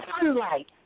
Sunlight